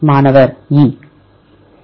மாணவர் E